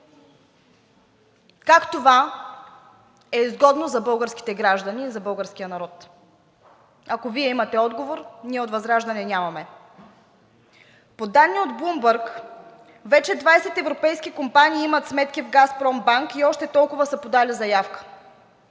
Как това е изгодно за българските граждани и за българския народ? Ако Вие имате отговор, ние от ВЪЗРАЖДАНЕ нямаме. По данни от Bloomberg вече 20 европейски компании имат сметки в „Газпромбанк“ и още толкова са подали заявка.